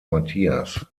matthias